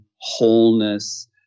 wholeness